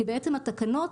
כי בעצם התקנות,